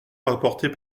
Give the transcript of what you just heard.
rapportés